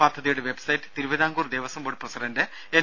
പദ്ധതിയുടെ website Thiruvithamkoor Devaswom board president N